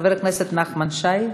חבר הכנסת נחמן שי.